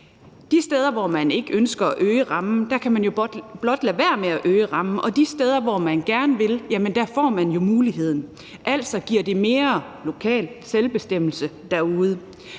De steder, hvor man ikke ønsker at øge rammen, kan man jo blot lade være med at øge rammen, og de steder, hvor man gerne vil, får man jo muligheden, altså giver det mere lokal selvbestemmelse derude.